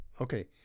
Okay